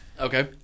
Okay